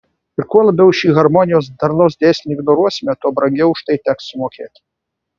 ir kuo labiau šį harmonijos darnos dėsnį ignoruosime tuo brangiau už tai teks sumokėti